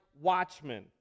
watchmen